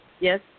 Yes